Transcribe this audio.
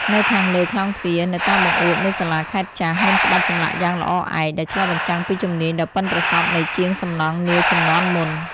នៅខាងលើក្លោងទ្វារ និងតាមបង្អួចនៃសាលាខេត្តចាស់ មានក្បាច់ចម្លាក់យ៉ាងល្អឯក ដែលឆ្លុះបញ្ចាំងពីជំនាញដ៏ប៉ិនប្រសប់នៃជាងសំណង់នាជំនាន់មុន។